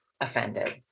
offended